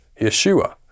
Yeshua